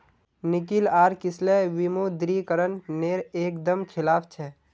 निकिल आर किसलय विमुद्रीकरण नेर एक दम खिलाफ छे